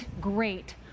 great